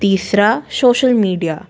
तीसरा social media